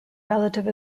relative